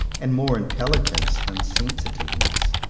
and more intelligence than sensitiveness,